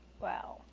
wow